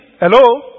Hello